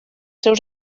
seus